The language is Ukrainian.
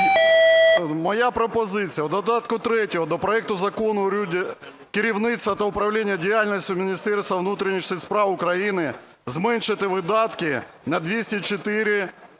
Моя пропозиція у додатку 3 до проекту закону керівництву та управлінню діяльністю Міністерства внутрішніх справ України зменшити видатки на 204